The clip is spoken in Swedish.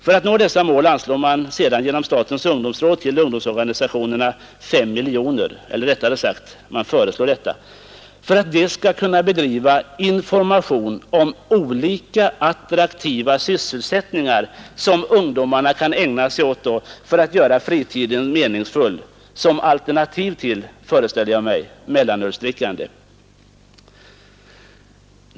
För att nå dessa mål föreslår man att ungdomsorganisationerna genom statens ungdomsråd skall få 5 miljoner kronor för att de skall kunna bedriva information om olika attraktiva sysselsättningar som ungdomarna kan ägna sig åt för att göra fritiden meningsfull, som alternativ till — föreställer jag mig — mellanölsdrickande.